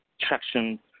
traction